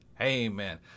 Amen